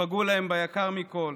שפגעו להם ביקר מכול,